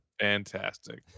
Fantastic